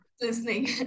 listening